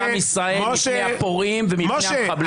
עם ישראל מפני הפורעים ומפני המחבלים.